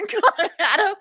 Colorado